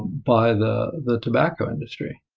by the the tobacco industry.